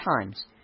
times